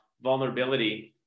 vulnerability